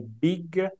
big